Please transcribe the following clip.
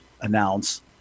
announce